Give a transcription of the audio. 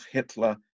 Hitler